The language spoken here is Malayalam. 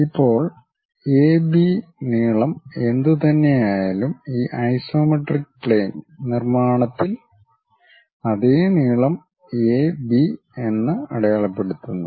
ഇപ്പോൾ എബി നീളം എന്തുതന്നെയായാലും ഈ ഐസോമെട്രിക് പ്ലെയിൻ നിർമ്മാണത്തിൽ അതേ നീളം എ ബി എന്ന് അടയാളപ്പെടുത്തുന്നു